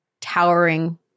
towering